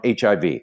HIV